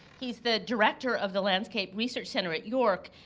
he's the director of the landscape research center at york,